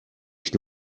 ich